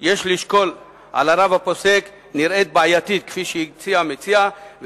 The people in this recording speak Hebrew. יש לשקול על הרב הפוסק כפי שהציע המציע נראית בעייתית,